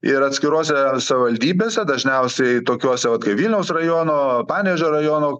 ir atskirose savivaldybėse dažniausiai tokiose vat kai vilniaus rajono panevėžio rajono